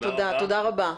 תודה רבה.